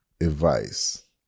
advice